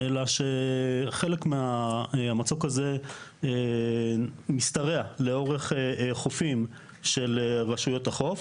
אלא שחלק מהמצוק הזה משתרע לאורך חופים של רשויות החוף,